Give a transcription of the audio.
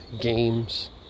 games